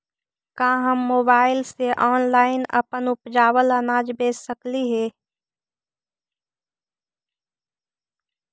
का हम मोबाईल से ऑनलाइन अपन उपजावल अनाज बेच सकली हे?